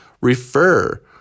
refer